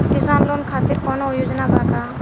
किसान लोग खातिर कौनों योजना बा का?